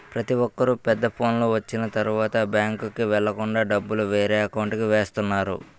ప్రతొక్కరు పెద్ద ఫోనులు వచ్చిన తరువాత బ్యాంకుకి వెళ్ళకుండా డబ్బులు వేరే అకౌంట్కి వేస్తున్నారు